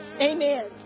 Amen